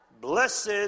Blessed